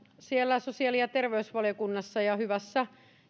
siellä sosiaali ja terveysvaliokunnassa ja hyvässä